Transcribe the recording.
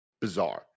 bizarre